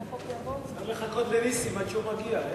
צריך לחכות לנסים עד שיגיע.